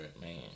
Man